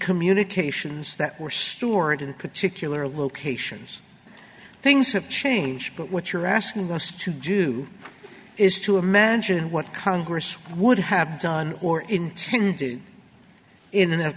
communications that were stored in particular locations things have changed but what you're asking us to do is to imagine what congress would have done or intended in a